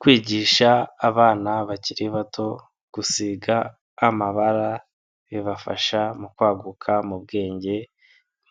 Kwigisha abana bakiri bato gusiga amabara, bibafasha mu kwaguka mu bwenge